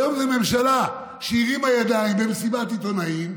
היום זו ממשלה שהרימה ידיים במסיבת עיתונאים,